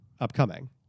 upcoming